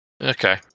okay